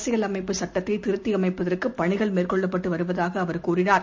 அரசியலமைப்பு சட்டத்தைதிருத்தியமைப்பதற்குபணிகள் மேற்கொள்ளப்பட்டுவருவதாகஅவர் கூறினார்